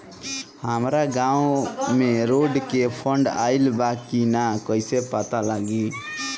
हमरा गांव मे रोड के फन्ड आइल बा कि ना कैसे पता लागि?